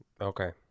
Okay